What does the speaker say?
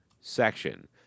section